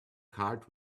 card